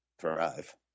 thrive